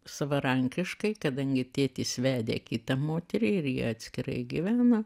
savarankiškai kadangi tėtis vedė kitą moterį ir jie atskirai gyveno